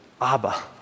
Abba